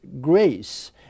grace